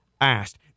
asked